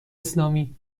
اسلامی